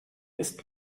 ist